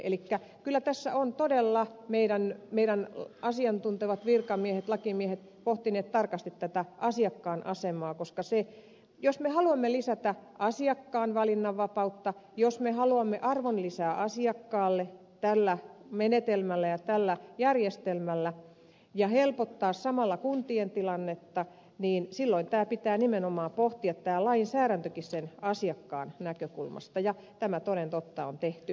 eli kyllä tässä todella meidän asiantuntevat virkamiehet lakimiehet ovat pohtineet tarkasti tätä asiakkaan asemaa koska jos haluamme lisätä asiakkaan valinnanvapautta jos me haluamme arvonlisää asiakkaalle tällä menetelmällä ja tällä järjestelmällä ja haluamme helpottaa samalla kuntien tilannetta silloin tämä lainsäädäntökin pitää pohtia nimenomaan asiakkaan näkökulmasta ja tämä toden totta on tehty